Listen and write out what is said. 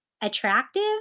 attractive